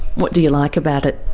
what do you like about it?